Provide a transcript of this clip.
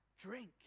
drink